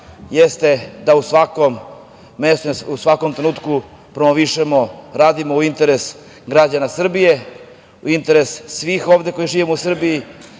jeste da u svakom mestu, trenutku, promovišemo i radimo u interesu građana Srbije, u interesu svih ovde koji živimo u Srbiji,